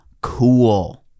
cool